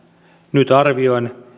nyt arvioin